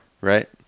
Right